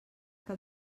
que